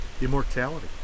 immortality